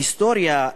היסטוריה,